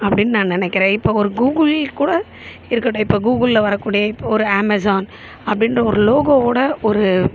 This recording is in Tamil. அப்படின்னு நான் நினக்கிறேன் இப்போ ஒரு கூகுள் கூட இருக்கட்டும் இப்போ கூகுளில் வரக்கூடிய இப்போ ஒரு அமேசான் அப்படின்ற ஒரு லோகோவோட ஒரு